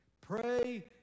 pray